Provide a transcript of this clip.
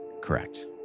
correct